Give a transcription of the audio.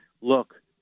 look